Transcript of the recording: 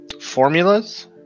formulas